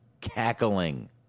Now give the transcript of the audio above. cackling